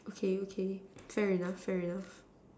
okay okay fair enough fair enough